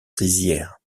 rizières